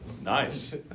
Nice